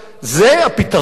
זה הפתרון?